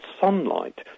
sunlight